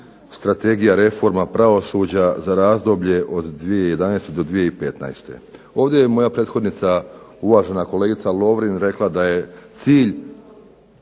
Strategija reforme pravosuđa za razdoblje od 2011. do 2015. Ovdje je moja prethodnica, uvažena kolegica Lovrin, rekla da je cilj